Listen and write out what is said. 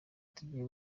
tugiye